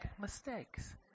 mistakes